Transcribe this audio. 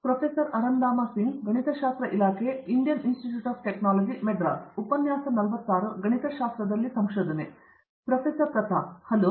ಪ್ರತಾಪ್ ಹರಿಡೋಸ್ ಹಲೋ